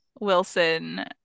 Wilson